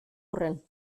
hurren